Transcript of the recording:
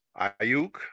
Ayuk